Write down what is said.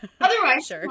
otherwise